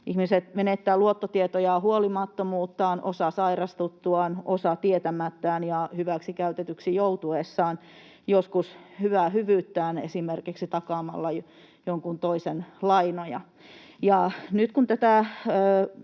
Ihmiset menettävät luottotietojaan huolimattomuuttaan, osa sairastuttuaan, osa tietämättään ja hyväksikäytetyksi joutuessaan, joskus hyvää hyvyyttään esimerkiksi takaamalla jonkun toisen lainoja. Nyt kun tätä